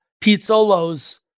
pizzolos